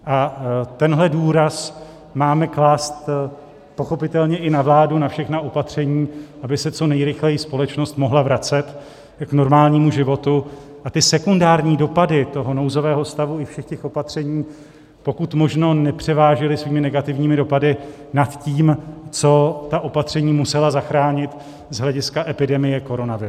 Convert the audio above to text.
A tenhle důraz máme klást pochopitelně i na vládu, na všechna opatření, aby se co nejrychleji společnost mohla vracet k normálnímu životu a ty sekundární dopady nouzového stavu i všech těch opatření pokud možno nepřevážily svými negativními dopady nad tím, co ta opatření musela zachránit z hlediska epidemie koronaviru.